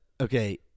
okay